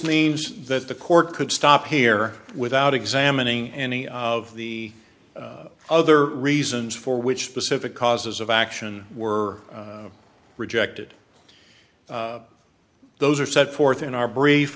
means that the court could stop here without examining any of the other reasons for which specific causes of action were rejected those are set forth in our brief